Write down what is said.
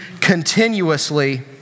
continuously